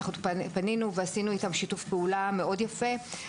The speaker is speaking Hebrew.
פנינו ועשינו איתם שיתוף פעולה יפה מאוד.